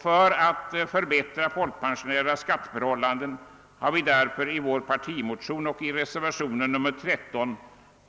För att förbättra folkpensionärernas skatteförhå!landen har vi därför i vår partimotion och i reservationen 13